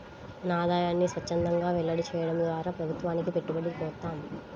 మన ఆదాయాన్ని స్వఛ్చందంగా వెల్లడి చేయడం ద్వారా ప్రభుత్వానికి పట్టుబడి పోతాం